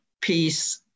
peace